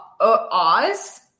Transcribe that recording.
Oz